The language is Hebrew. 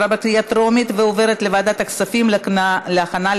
לוועדת הכספים נתקבלה.